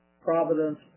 Providence